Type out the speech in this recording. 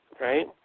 Right